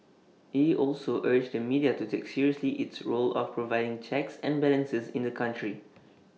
he also urged the media to take seriously its role of providing checks and balances in the country